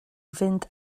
fynd